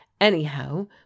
anyhow